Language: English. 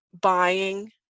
buying